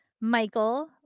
Michael